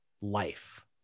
life